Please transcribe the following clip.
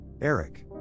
Eric